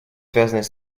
связанный